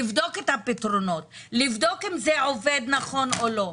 לבדוק את הפתרונות, לבדוק אם זה עובד נכון או לא.